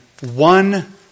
one